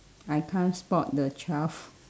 I can't spot the twelfth